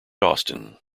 austin